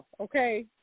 Okay